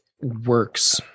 works